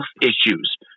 issues